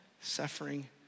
suffering